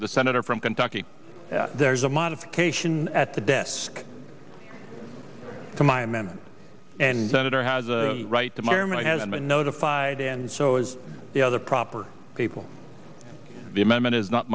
the senator from kentucky that there is a modification at the desk to my amendment and senator has a right to my room and i haven't been notified and so is the other proper people the amendment is not